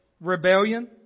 rebellion